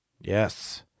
Yes